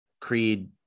creed